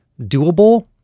doable